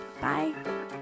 Bye